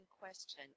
question